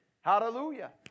Hallelujah